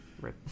Right